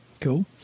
Cool